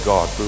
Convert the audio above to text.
God